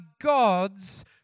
God's